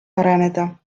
areneda